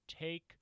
take